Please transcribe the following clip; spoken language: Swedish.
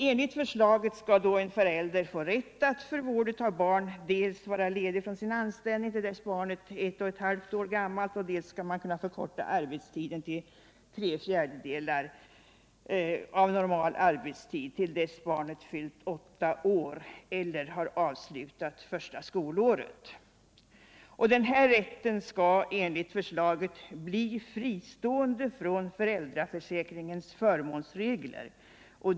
Enligt förslaget skalt en förälder få rätt att för vård av barn dels vara ledig från anställning till dess att barnet är ett och ett halvt år gammalt, dels få förkortad arbetstid till tre fjärdedelar av normal arbetstid tll dess att barnet fyllt åtta år eller har avslutat första skolåret. Denna rätt skall enligt förslaget bli fristående från föräldraförsäkringens förmånsregler.